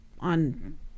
on